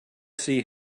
see